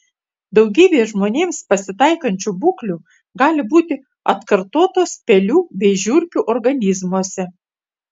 daugybė žmonėms pasitaikančių būklių gali būti atkartotos pelių bei žiurkių organizmuose